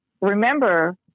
remember